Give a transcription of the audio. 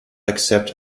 accept